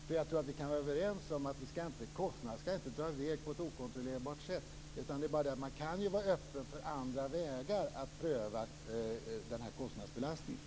Jag tror att vi kan vara överens om att kostnaderna inte skall dra i väg på ett okontrollerat sätt. Man kan ju vara öppen för att pröva andra vägar när det gäller den här kostnadsbelastningen.